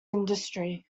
industry